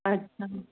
अछा